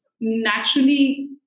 naturally